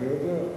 אני יודע.